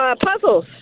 Puzzles